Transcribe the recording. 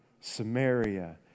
Samaria